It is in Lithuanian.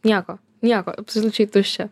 nieko nieko absoliučiai tuščia